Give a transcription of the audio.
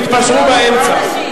תתפשרו באמצע.